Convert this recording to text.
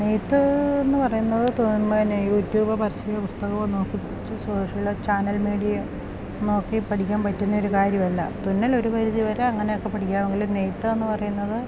നെയ്ത്ത് എന്ന് പറയുന്നത് പിന്നെ യൂട്യൂബ് പരസ്യം പുസ്തകമോ നോക്കി സോഷ്യൽ ചാനൽ മീഡിയ നോക്കി പഠിക്കാൻ പറ്റുന്ന ഒരു കാര്യമല്ല തുന്നൽ ഒരു പരിധി വരെ അങ്ങനെ ഒക്കെ പഠിക്കാം എങ്കിൽ നെയ്ത്ത് എന്ന് പറയുന്നത്